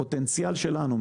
הפוטנציאל שיש הוא